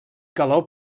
calor